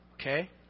Okay